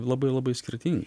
labai labai skirtingi